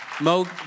Mo